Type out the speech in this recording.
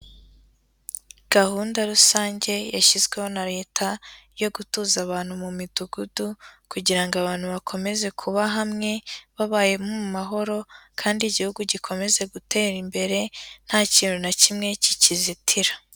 Gahunda rusange yashyizweho na Leta yo gutuza abantu mu midugudu, kugira ngo abantu bakomeze kuba hamwe, babayemo mu mahoro, kandi Igihugu gikomeze gutera imbere nta kintu na kimwe kikizitira.